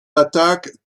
attaques